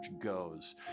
goes